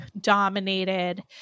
dominated